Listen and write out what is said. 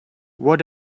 what